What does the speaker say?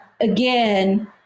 again